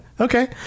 Okay